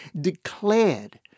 declared